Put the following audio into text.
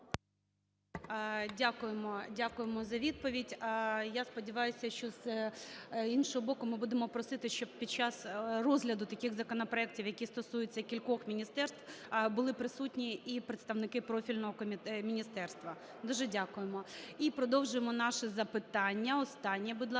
Дякуємо за відповідь. Я сподіваюся, що, з іншого боку, ми будемо просити, щоб під час розгляду таких законопроектів, які стосуються кількох міністерств, були присутні і представники профільного міністерства. Дуже дякуємо. І продовжуємо наші запитання. Останнє, будь ласка,